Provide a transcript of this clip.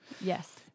Yes